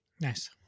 Nice